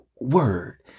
Word